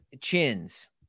chins